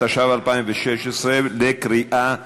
התשע"ו 2016, בקריאה שנייה.